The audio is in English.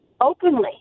openly